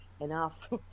enough